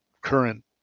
current